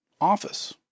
Office